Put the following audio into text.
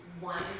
one